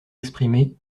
exprimées